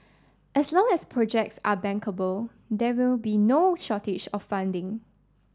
as long as projects are bankable there will be no shortage of funding